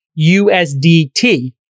USDT